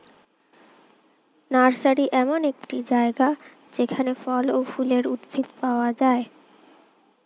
nursery এমন একটি জায়গা যেখানে ফল ও ফুলের উদ্ভিদ পাওয়া যায়